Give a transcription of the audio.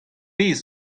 pezh